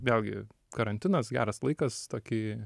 vėlgi karantinas geras laikas tokį